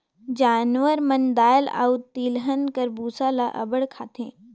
जानवर मन दाएल अउ तिलहन कर बूसा ल अब्बड़ खाथें